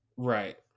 Right